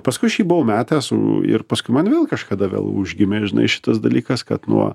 paskui aš jį buvau metęs ir paskui man vėl kažkada vėl užgimė žinai šitas dalykas kad nu